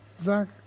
Zach